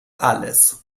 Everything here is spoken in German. alles